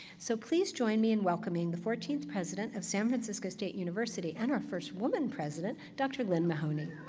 so please join me in welcoming the fourteenth president of san francisco state university, and our first woman president, dr. lynn mahoiney.